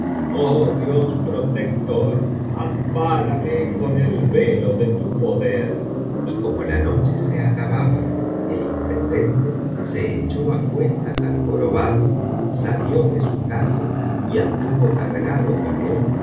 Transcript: oh dios protector ampárame con el velo de tu poder y como la noche se acababa el intendente se echó á cuestas al jorobado salió de su casa y anduvo cargado con él